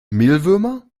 mehlwürmer